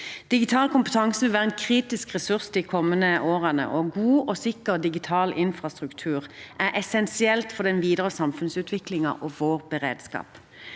Digital kompetanse vil være en kritisk ressurs de kommende årene, og god og sikker digital infrastruktur er essensielt for den videre samfunnsutviklingen og vår beredskap.